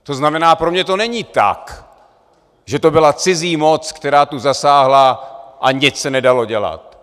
To znamená, pro mě to není tak, že to byla cizí moc, která tu zasáhla, a nic se nedalo dělat.